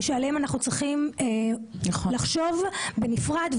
שעליהם אנחנו צריכים לחשוב בנפרד.